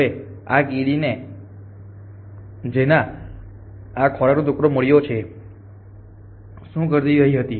હવે આ કીડી જેને આ ખોરાકનો ટુકડો મળ્યો છે શું કરી રહી હતી